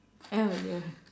oh ya